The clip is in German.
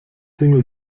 single